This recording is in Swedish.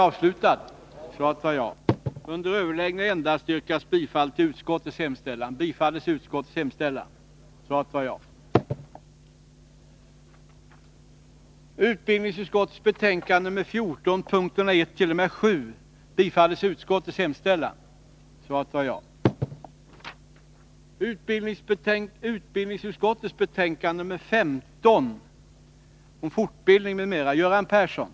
Med hänvisning till den debatt som fördes den 15 april angående utbildningsutskottets betänkande nr 18 ber jag att få yrka bifall till de socialdemokratiskå reservationerna som fogats till det betänkandet, nämligen nr 1, 2, 3, 4 och 8.